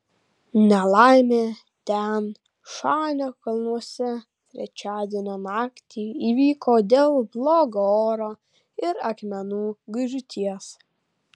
nelaimė tian šanio kalnuose trečiadienio naktį įvyko dėl blogo oro ir akmenų griūties